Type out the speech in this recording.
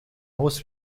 aus